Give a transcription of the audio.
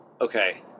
Okay